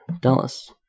Dallas